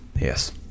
Yes